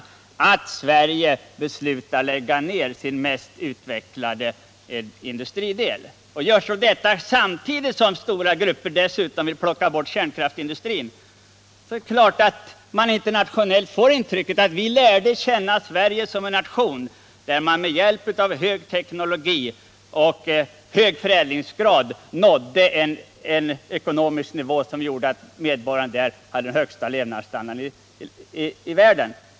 Hur kommer det att tolkas om Sverige beslutar lägga ned sin mest utvecklade industridel samtidigt som vissa grupper dessutom vill ta bort kärnkraftsindustrin? Omvärlden har lärt känna Sverige som en nation där man med hjälp av hög teknologi och hög förädlingsgrad nådde en ekonomisk nivå som gjorde att medborgarna hade den högsta levnadsstandarden i världen.